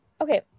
Okay